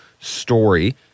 story